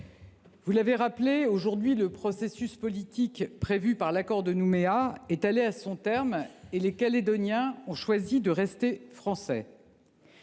vous l’avez rappelé, le processus politique prévu par l’accord de Nouméa a été mené à son terme et les Calédoniens ont choisi de rester français.